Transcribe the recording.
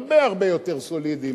הרבה-הרבה יותר סולידיים.